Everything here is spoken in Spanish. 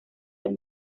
del